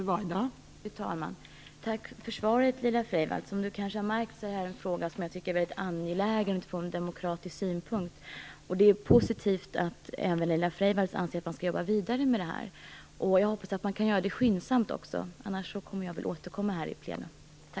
Fru talman! Tack för svaret. Som Laila Freivalds kanske har märkt är det här en fråga som jag tycker är väldigt angelägen från demokratisk synpunkt. Det är positivt att även Laila Freivalds anser att man skall jobba vidare med det här. Jag hoppas också att man kan göra det skyndsamt; annars kommer jag att återkomma här i plenum.